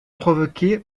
provoqué